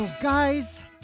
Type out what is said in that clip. Guys